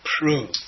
prove